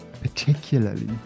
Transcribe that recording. particularly